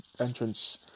entrance